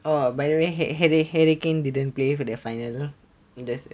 oh by the way har~ har~ harry kane didn't play for the final indus~